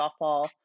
softball